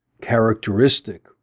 characteristic